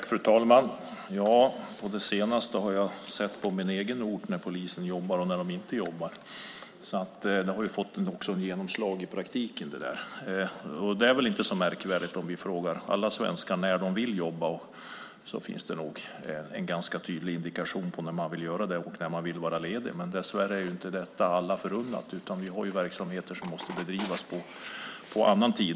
Fru talman! Ja, det senaste, när poliser jobbar och när de inte jobbar, har jag sett på min egen ort. Det har ju också fått genomslag i praktiken. Det är väl inte så märkvärdigt. Om vi frågar alla svenskar när de vill jobba finns det nog en ganska tydlig indikation på när man vill göra det och när man vill vara ledig. Men dessvärre är inte detta alla förunnat, utan vi har verksamheter som måste bedrivas på annan tid.